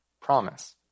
promise